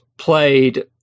played